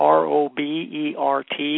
robert